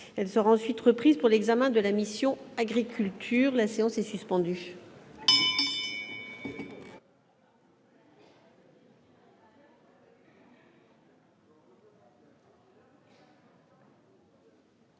elle sera ensuite reprise pour l'examen de la mission Agriculture : la séance est suspendue.